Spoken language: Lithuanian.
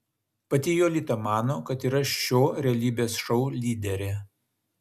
pati jolita mano kad yra šio realybės šou lyderė